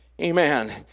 amen